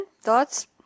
thoughts